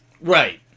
Right